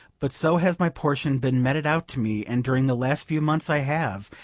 but so has my portion been meted out to me and during the last few months i have,